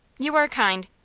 you are kind,